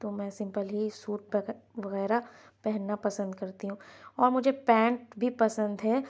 تو میں سیمپل ہی سوٹ وغیرہ پہننا پسند کرتی ہوں اور مجھے پینٹ بھی پسند ہے